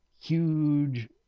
huge